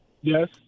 Yes